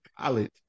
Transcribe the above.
college